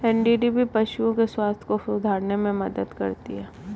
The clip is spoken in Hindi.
एन.डी.डी.बी पशुओं के स्वास्थ्य को सुधारने में मदद करती है